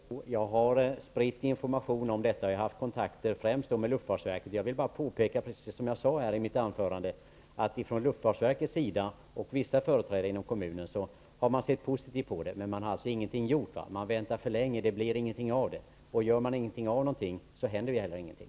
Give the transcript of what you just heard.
Fru talman! Jag har spritt information om detta, och jag har haft kontakt främst med luftfartsverket. Som jag sade i mitt anförande har luftfartsverket och vissa företrädare för kommunen sett positivt på detta. Men ingenting har gjorts. Man väntar för länge, och ingenting blir av. Gör man ingenting, händer heller ingenting.